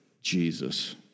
Jesus